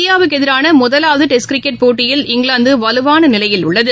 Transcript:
இந்தியாவுக்குஎதிரானமுதலாவதுடெஸ்ட் cricket போட்டியில் இங்கிலாந்துவலுவானநிலையில் உள்ளது